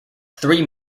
three